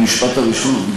אני במשפט הראשון.